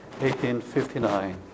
1859